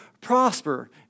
prosper